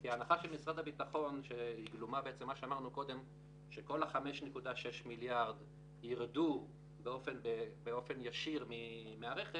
כי הנחת משרד הביטחון שכל ה-5.6 מיליארד יירדו באופן ישיר מהרכש